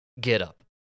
getup